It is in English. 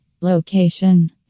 Location